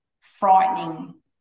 frightening